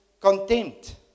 contempt